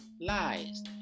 lies